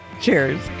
Cheers